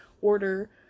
order